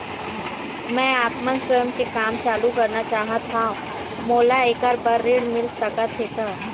मैं आपमन स्वयं के काम चालू करना चाहत हाव, मोला ऐकर बर ऋण मिल सकत हे का?